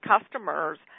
customers